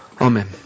Amen